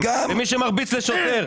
זה מי שמרביץ לשוטר.